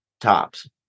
tops